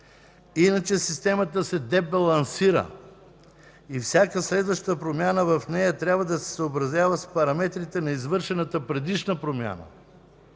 иначе системата се дебалансира и всяка следваща промяна в нея трябва да се съобразява с параметрите на извършената предишна промяна.